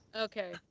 Okay